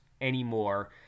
anymore